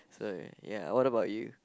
so ya what about you